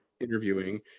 interviewing